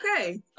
okay